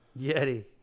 Yeti